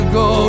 go